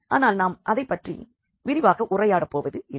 ஆனால் நாம் அதைப்பற்றி விரிவாக உரையாட போவதில்லை